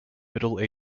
middle